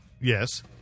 Yes